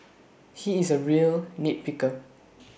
he is A real nit picker